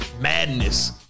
Madness